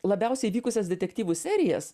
labiausiai vykusias detektyvų serijas